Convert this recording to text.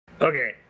Okay